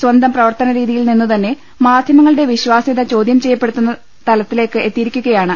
സ്വന്തം പ്രവർത്തനരീതിയിൽ നിന്നുതന്നെ മാധ്യമങ്ങളുടെ വിശ്വാ സൃത ചോദ്യം ചെയ്യപ്പെടുന്ന തലത്തിലേക്ക് എത്തിയി രിക്കുകയാണ്